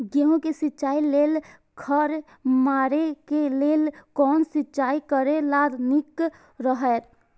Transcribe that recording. गेहूँ के सिंचाई लेल खर मारे के लेल कोन सिंचाई करे ल नीक रहैत?